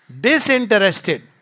Disinterested